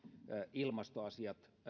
ilmastoasiat